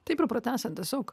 taip ir pratęsiant tiesiog